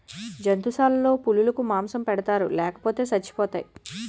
జంతుశాలలో పులులకు మాంసం పెడతారు లేపోతే సచ్చిపోతాయి